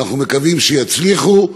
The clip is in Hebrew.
ואנחנו מקווים שהם יצליחו.